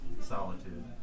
solitude